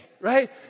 Right